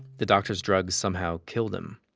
the doctor's drug somehow killed him.